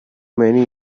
many